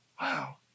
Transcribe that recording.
wow